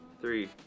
three